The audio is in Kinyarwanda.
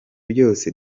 byose